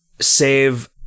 save